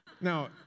Now